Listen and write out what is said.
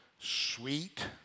Sweet